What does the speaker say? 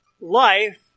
Life